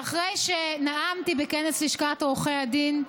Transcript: ואחרי שנאמתי בכנס לשכת עורכי הדין,